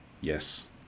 Yes